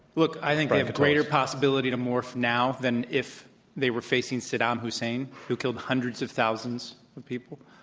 look, i think they have a greater possibility to morph now than if they were facing saddam hussein who killed hundreds of thousands of people,